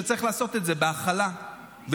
שצריך לעשות את זה בהכלה ובשיח.